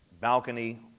balcony